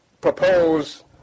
propose